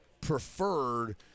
preferred